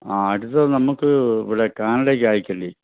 ആ അടുത്തത് നമുക്ക് ഇവിടെ കാനഡയ്ക്ക് അയക്കണ്ടിയെ